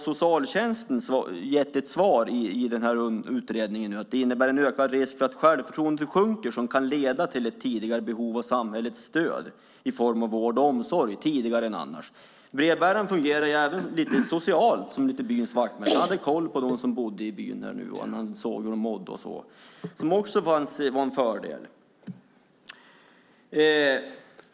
Socialtjänsten har gett ett svar i utredningen om att detta innebär en ökad risk för att självförtroendet sjunker, vilket kan leda till ett tidigare behov än annars av samhällets stöd i form av vård och omsorg. Brevbäraren fungerar ju även lite socialt - lite som byns vaktmästare. Han hade koll på dem som bodde i byn, han såg hur de mådde och så vidare. Det var också en fördel.